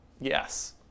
yes